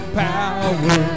power